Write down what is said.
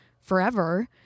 forever